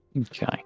Okay